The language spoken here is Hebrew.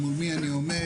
מול מי אני עומד?